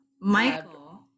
Michael